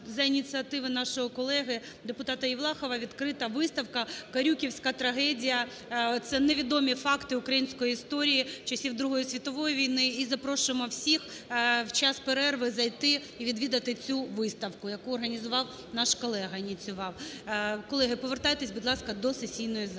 за ініціативи нашого колеги депутатаЄвлахова відкрита виставка "Корюківська трагедія". Це невідомі факти української історії часів Другої світової війни. І запрошуємо всіх в час перерви зайти і відвідати цю виставку, яку організував наш колега і ініціював. Колеги, повертайтесь, будь ласка, до сесійної зали.